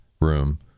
room